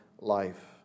life